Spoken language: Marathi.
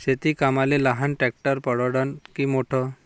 शेती कामाले लहान ट्रॅक्टर परवडीनं की मोठं?